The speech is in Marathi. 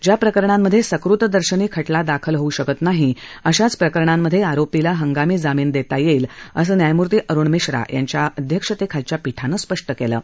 ज्या प्रकरणांमध्ये सकृतदर्शनी खटला दाखल होऊ शकत नाही अशाच प्रकरणांमध्ये आरोपीला हंगामी जामीन देता येईल असं न्याययमूर्ती अरूण मिश्रा यांच्या अध्यक्षतेखालच्या पीठानं स्पष्ट केलं आहे